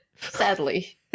Sadly